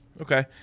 okay